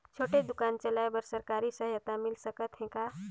छोटे दुकान चलाय बर सरकारी सहायता मिल सकत हे का?